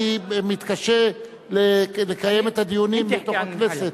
אני מתקשה לקיים את הדיונים בתוך הכנסת.